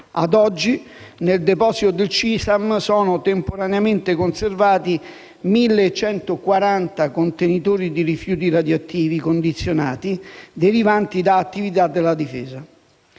Ad oggi, nel deposito del CISAM sono temporaneamente conservati 1.140 contenitori di rifiuti radioattivi condizionati derivanti da attività della Difesa.